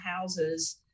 houses